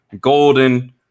golden